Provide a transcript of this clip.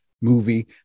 movie